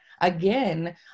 again